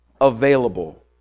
available